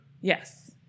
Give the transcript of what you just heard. Yes